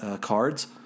cards